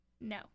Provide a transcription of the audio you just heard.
No